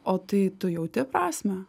o tai tu jauti prasmę